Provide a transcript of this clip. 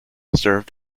served